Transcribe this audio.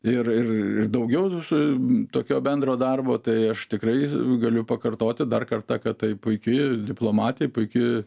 ir ir ir daugiau su tokio bendro darbo tai aš tikrai galiu pakartoti dar kartą kad tai puiki diplomatė puiki